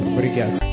Obrigado